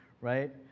right